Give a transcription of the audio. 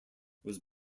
was